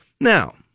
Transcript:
Now